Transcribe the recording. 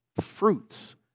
fruits